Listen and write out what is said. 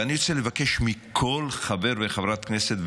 ואני רוצה לבקש מכל חבר וחברת הכנסת,